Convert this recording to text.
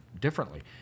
differently